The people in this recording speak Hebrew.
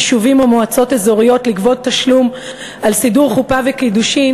יישובים או מועצות אזוריות לגבות תשלום על סידור חופה וקידושין